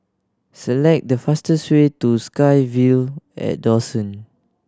select the fastest way to SkyVille at Dawson